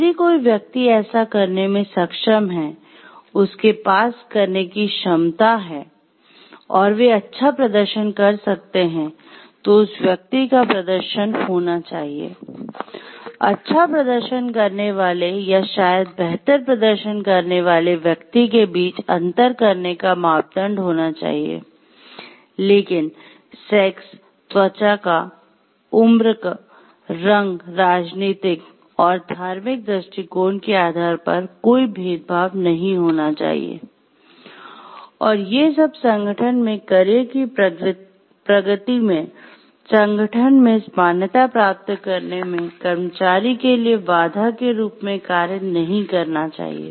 यदि कोई व्यक्ति ऐसा करने में सक्षम है उसके पास करने की क्षमता है और वे अच्छा प्रदर्शन कर सकते हैं तो उस व्यक्ति का प्रदर्शन होना चाहिए अच्छा प्रदर्शन करने वाले या शायद बेहतर प्रदर्शन करने वाले व्यक्ति के बीच अंतर करने का मापदंड होना चाहिए लेकिन सेक्स त्वचा का रंग उम्र राजनीतिक और धार्मिक दृष्टिकोण के आधार पर कोई भेदभाव नहीं होना चाहिए और ये सब संगठन में करियर की प्रगति में संगठन में मान्यता प्राप्त करने में कर्मचारी के लिए बाधा के रूप में कार्य नहीं करना चाहिए